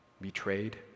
betrayed